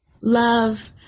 love